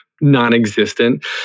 non-existent